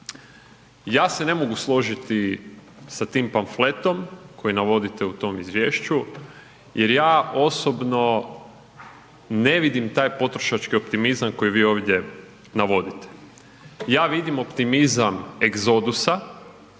Ja se ne mogu složiti sa tim pamfletom koji navodite u tom izvješću jer ja osobno ne vidim taj potrošački optimizam koji vi ovdje navodite, ja vidim optimizam egzodusa,